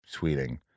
tweeting